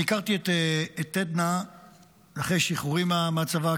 אני הכרתי את עדנה אחרי שחרורי מהצבא,